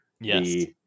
Yes